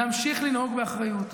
נמשיך לנהוג באחריות,